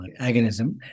agonism